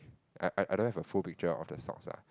I I I don't have a full picture of the stocks lah